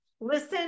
listen